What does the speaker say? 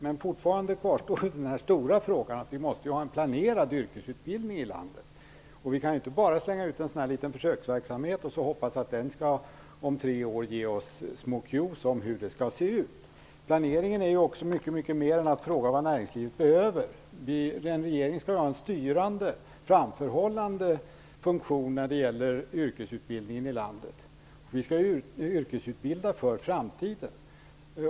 Men fortfarande kvarstår den stora frågan att vi måste ha en planerad yrkesutbildning i vårt land. Vi kan inte bara slänga ut en sådan här liten försöksverksamhet och hoppas att den om tre år skall ge oss små cues om hur det skall se ut. Planeringen innefattar också mycket mer än att fråga vad näringslivet behöver. En regering skall ha en styrande och framförhållande funktion när det gäller yrkesutbildningen i landet. Vi skall yrkesutbilda för framtiden.